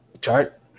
Chart